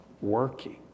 Working